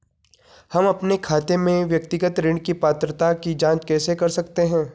हम अपने खाते में व्यक्तिगत ऋण की पात्रता की जांच कैसे कर सकते हैं?